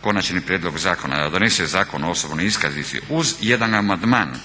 konačni prijedlog zakona, da donese Zakon o osobnoj iskaznici uz jedan amandman.